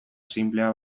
sinplea